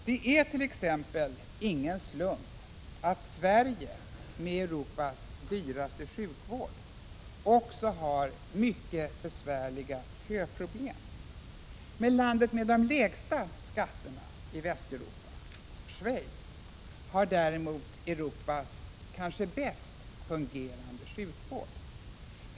Det är t.ex. ingen slump att Sverige med Europas dyraste sjukvård också har mycket besvärliga köproblem. Landet med de lägsta skatterna i Västeuropa, Schweiz, har däremot Europas kanske bäst fungerande sjukvård.